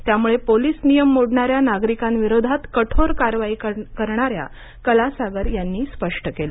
त्यामुळे पोलिस नियम मोडणाऱ्या नागरिकांविरोधात कठोर कारवाई करणार कलासागर यांनी स्पष्ट केलं